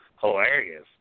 hilarious